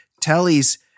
Telly's